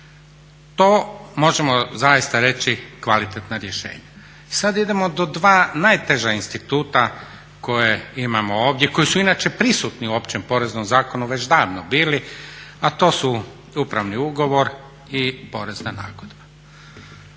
To možemo zaista reći kvalitetna rješenja. Sad idemo do dva najteža instituta koje imamo ovdje, koji su inače prisutni u Općem poreznom zakonu već davno bili, a to su upravni ugovor i porezna nagodba.